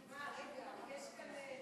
רגע, יש כאן,